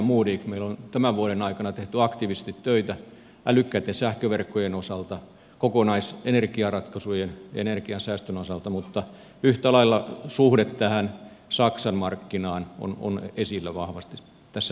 meillä on tämän vuoden aikana tehty aktiivisesti töitä älykkäitten sähköverkkojen osalta kokonaisenergiaratkaisujen energiansäästön osalta mutta yhtä lailla suhde tähän saksan markkinaan on esillä vahvasti tässä meidänkin työssämme